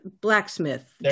blacksmith